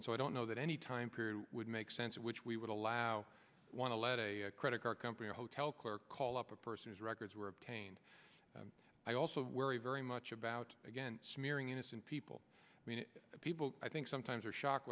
and so i don't know that any time period would make sense in which we would allow one to let a credit card company or a hotel clerk call up a person's records were obtained i also worry very much about again smearing innocent people i mean people i think sometimes are shocked